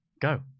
Go